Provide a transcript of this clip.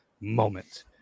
moment